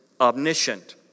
omniscient